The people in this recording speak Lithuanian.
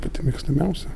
pati mėgstamiausia